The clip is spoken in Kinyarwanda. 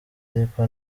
ariko